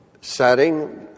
setting